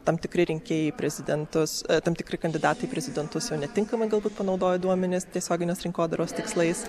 tam tikri rinkėjai į prezidentus tam tikri kandidatai į prezidentus jau netinkamai galbūt panaudojo duomenis tiesioginės rinkodaros tikslais